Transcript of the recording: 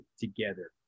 together